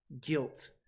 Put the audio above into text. guilt